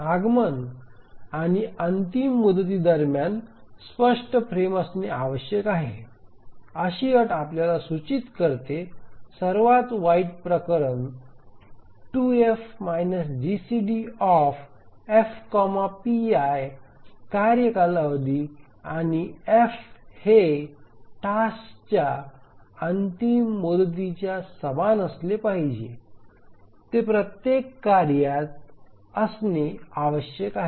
आगमन आणि अंतिम मुदती दरम्यान स्पष्ट फ्रेम असणे आवश्यक आहे अशी अट आपल्याला सूचित करते सर्वात वाईट प्रकरण 2F GCDf pi कार्य कालावधी आणि f हे टास्कच्या अंतिम मुदतीच्या समान असले पाहिजे ते प्रत्येक कार्यात असणे आवश्यक आहे